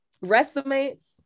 resumes